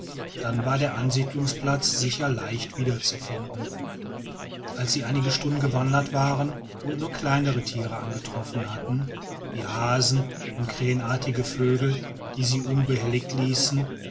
dann war der ansiedelungsplatz sicher leicht wieder zu finden als sie einige stunden gewandert waren und nur kleinere tiere angetroffen hatten wie hasen und krähenartige vögel die sie unbehelligt ließen